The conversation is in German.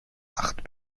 acht